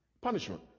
punishment